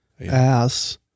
Ass